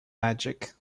magic